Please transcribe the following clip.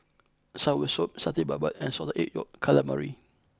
Soursop Satay Babat and Salted Egg Yolk Calamari